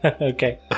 Okay